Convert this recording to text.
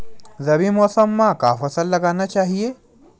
रबी मौसम म का फसल लगाना चहिए?